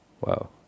Wow